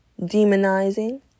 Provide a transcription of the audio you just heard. demonizing